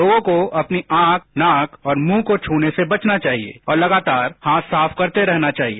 लोगों को अपनी आंखें नाक और मुंह को छूने से बचना चाहिए और लगातार हाथ साफ करते रहना चाहिए